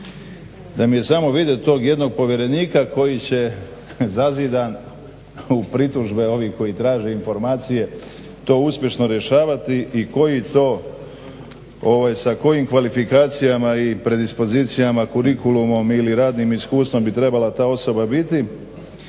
Da mi je samo vidjet tog jednog povjerenika koji će zazidan u pritužbe ovih koji traže informacije to uspješno rješavati i koji to, ovaj sa kojim kvalifikacijama i predispozicijama, kurikulumom ili radnim iskustvom bi trebala ta osoba biti.